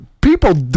people